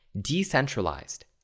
decentralized